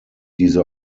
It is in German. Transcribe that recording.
diese